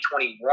2021